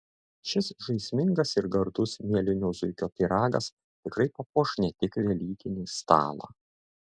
šis žaismingas ir gardus mielinio zuikio pyragas tikrai papuoš ne tik velykinį stalą